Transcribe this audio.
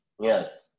Yes